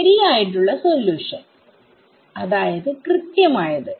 ശരിയായിട്ടുള്ള സൊല്യൂഷൻ അതായത് കൃത്യമായത്